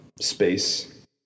space